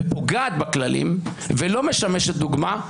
ופוגעת בכללים ולא משמשת דוגמה,